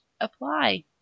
apply